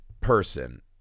person